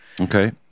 Okay